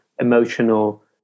emotional